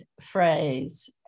phrase